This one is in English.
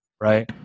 right